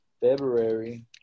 February